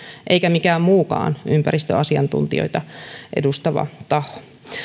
eikä mikään mukaan ympäristöasiantuntijoita edustava taho